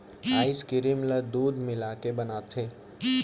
ice cream ल दूद मिलाके बनाथे